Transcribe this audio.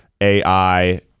AI